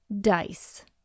Dice